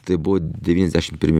tai buvo devyniasdešim pirmi